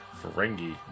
Ferengi